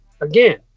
again